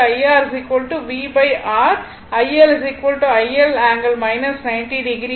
IR IR ∠0 அதாவது IRV R ILIL ∠ 90o ஆகும்